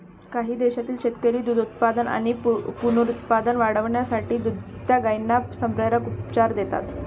काही देशांतील शेतकरी दुग्धोत्पादन आणि पुनरुत्पादन वाढवण्यासाठी दुभत्या गायींना संप्रेरक उपचार देतात